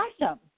awesome